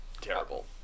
Terrible